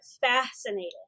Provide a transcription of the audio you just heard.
fascinating